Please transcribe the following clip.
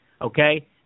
Okay